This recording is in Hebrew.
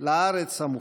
לארץ המובטחת.